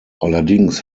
allerdings